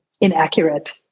inaccurate